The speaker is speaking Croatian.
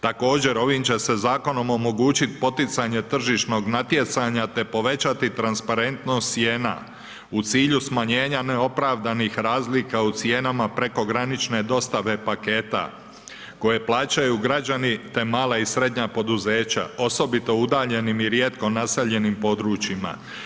Također ovim će se zakonom omogućiti poticanje tržišnog natjecanja te povećati transparentnost cijena u cilju smanjenja neopravdanih razlika u cijenama prekogranične dostave paketa koje plaćaju građani te mala i srednja poduzeća osobito u udaljenim i rijetko naseljenim područjima.